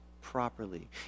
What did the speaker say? properly